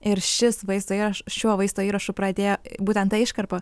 ir šis vaizdo įraš šiuo vaizdo įrašu pradėjo būtent ta iškarpa